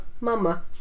mama